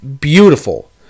beautiful